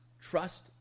Trust